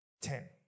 Ten